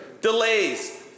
delays